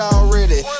already